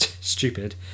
Stupid